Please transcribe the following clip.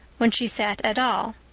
when she sat at all,